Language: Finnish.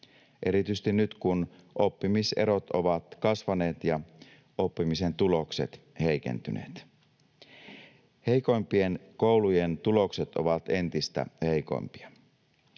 erityisesti nyt, kun oppimiserot ovat kasvaneet ja oppimisen tulokset heikentyneet. Heikoimpien koulujen tulokset ovat entistä heikompia.